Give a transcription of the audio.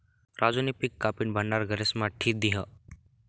राजूनी पिक कापीन भंडार घरेस्मा ठी दिन्हं